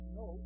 no